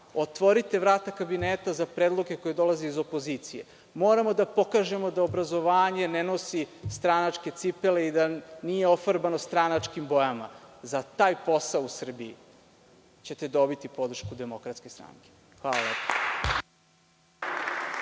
otvorite vrata kabineta za predloge koji dolaze iz opozicije. Moramo da pokažemo da obrazovanje ne nosi stranačke cipele i da nije ofarbano stranačkim bojama. Za taj posao u Srbiji dobićete podršku DS. Hvala.